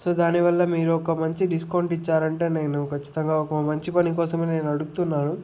so దాని వల్ల మీరు ఒక మంచి డిస్కౌంట్ ఇచ్చారంటే నేను ఖచ్చితంగా ఒక మంచి పని కోసమే నేను అడుగుతున్నాను